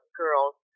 girls